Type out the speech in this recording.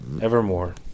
evermore